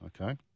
okay